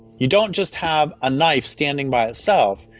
you don't just have a knife standing by itself,